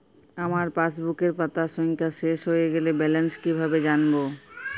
আমার পাসবুকের পাতা সংখ্যা শেষ হয়ে গেলে ব্যালেন্স কীভাবে জানব?